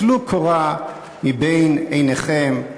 טלו קורה מבין עיניכם.